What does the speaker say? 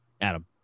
Adam